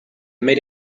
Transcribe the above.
made